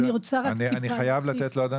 אני רוצה לתת ל"לקט